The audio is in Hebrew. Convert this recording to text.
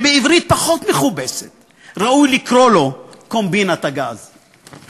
שבעברית פחות מכובסת ראוי לקרוא לו "קומבינת הגז".